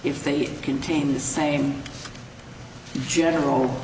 if they contain the same general